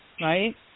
Right